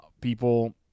people